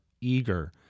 eager